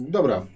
Dobra